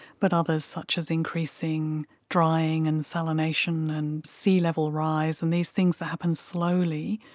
but others such as increasing drying and salination and sealevel rise and these things that happen slowly,